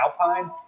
alpine